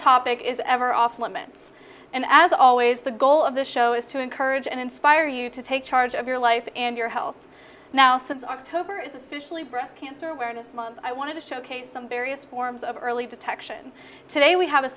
topic is ever off limits and as always the goal of the show is to encourage and inspire you to take charge of your life and your health now since october is officially breast cancer awareness month i wanted to showcase some various forms of early detection today we have a